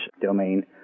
domain